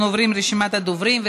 אנחנו עוברים לרשימת הדוברים.